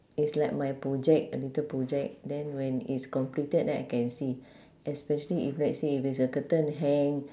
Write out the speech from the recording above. it's like my project a little project then when it's completed then I can see especially if let's say if it's a curtain hang